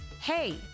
Hey